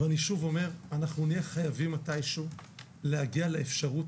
אני שוב אומר שאנחנו נהיה חייבים מתי שהוא להגיע לאפשרות